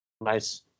Nice